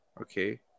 okay